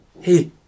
Hey